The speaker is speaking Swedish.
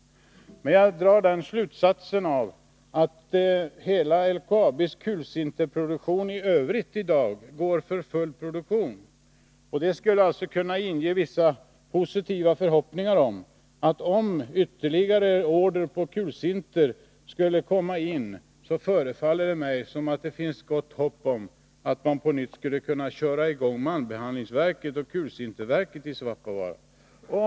Att hela LKAB:s kulsintertillverkning i övrigt i dag går med full produktion skulle kunna inge vissa förhoppningar. Om ytterligare order på kulsinter skulle komma in, förefaller det mig som om det finns gott hopp om att man på nytt skulle kunna köra i gång malmbehandlingsverket och kulsinterverket i Svappavaara.